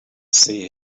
see